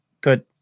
good